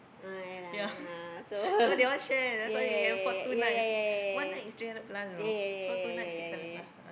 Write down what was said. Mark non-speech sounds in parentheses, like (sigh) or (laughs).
ah yeah lah ah so (laughs) yeah yeah yeah yeah yeah yeah yeah yeah yeah yeah yeah yeah yeah yeah yeah